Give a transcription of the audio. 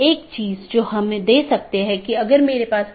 एक चीज जो हमने देखी है वह है BGP स्पीकर